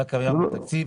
היה קיים בתקציב.